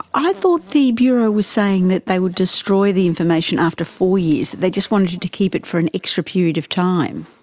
i thought the bureau was saying that they would destroy the information after four years, that they just wanted to keep it for an extra period of time.